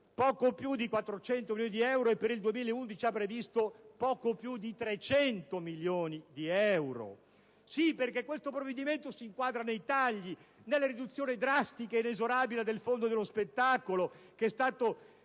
poco più di 400 milioni di euro, e per il 2011 ha previsto poco più di 300 milioni di euro? Sì, perché questo provvedimento si inquadra nei tagli, nelle riduzioni drastiche e inesorabili del Fondo unico per lo spettacolo, che è stato